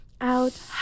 Out